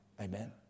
Amen